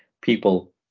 people